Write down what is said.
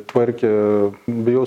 tvarkė bijau